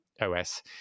OS